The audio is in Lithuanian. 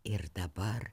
ir dabar